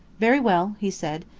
very well, he said.